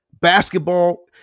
basketball